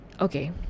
okay